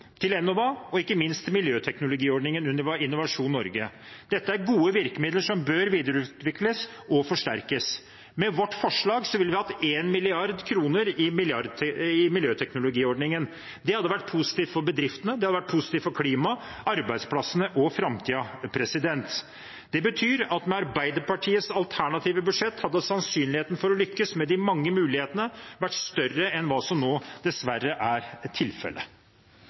til Enova og ikke minst til miljøteknologiordningen under Innovasjon Norge. Dette er gode virkemidler som bør videreutvikles og forsterkes. Med vårt forslag ville vi hatt 1 mrd. kr i miljøteknologiordningen. Det hadde vært positivt for bedriftene, og det hadde vært positivt for klimaet, arbeidsplassene og framtiden. Det betyr at med Arbeiderpartiets alternative budsjett hadde sannsynligheten for å lykkes med de mange mulighetene vært større enn det som nå dessverre er tilfellet.